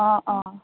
অ অ